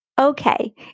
Okay